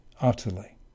utterly